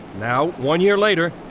now one year later,